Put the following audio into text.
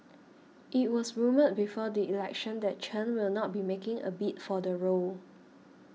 it was rumoured before the election that Chen will not be making a bid for the role